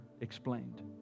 explained